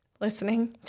listening